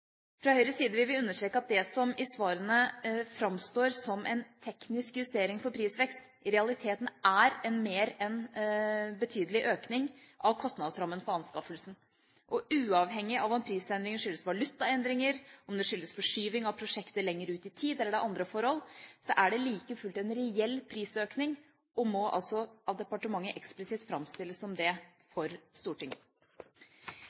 Fra Høyres side vil vi understreke at det som i svarene framstår som en teknisk justering for prisvekst, i realiteten er mer enn en betydelig økning av kostnadsrammen for anskaffelsen. Uavhengig av om prisendringen skyldes valutaendringer, om den skyldes forskyvning av prosjektet lenger ut i tid, eller om den skyldes andre forhold, er det like fullt en reell prisøkning og må av departementet eksplisitt framstilles som det